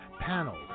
panels